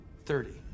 thirty